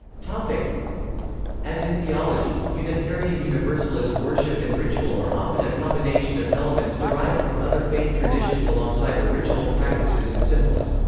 like as in theology, unitarian universalist worship and ritual are often a combination of elements derived from other faith traditions alongside original practices and symbols.